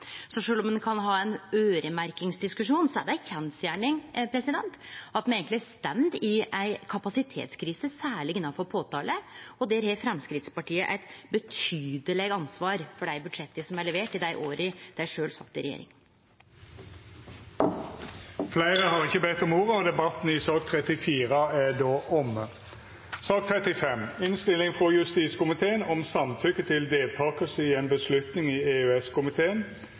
om ein kan ha ein øyremerkingsdiskusjon, er det ei kjensgjerning at me eigentleg står i ei kapasitetskrise, særleg innanfor påtale, og der har Framstegspartiet eit betydeleg ansvar for dei budsjetta som blei leverte i dei åra dei sjølve sat i regjering. Fleire har ikkje bedt om ordet til sak nr. 34. Fyrste talar er